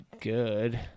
good